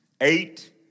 Eight